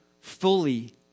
fully